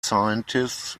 scientists